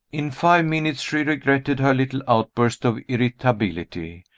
in five minutes she regretted her little outburst of irritability.